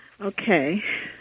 Okay